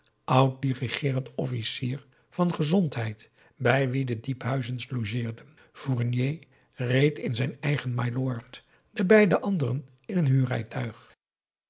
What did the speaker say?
oud dirigeerend officier van gezondheid bij wien de diephuizens logeerden fournier reed in zijn eigen mylord de beide anderen in een huurrijtuig